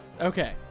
Okay